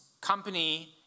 company